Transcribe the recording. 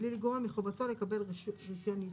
בלי לגרוע מחובתו לקבל רישיון ייצור.